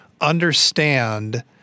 understand